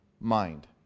mind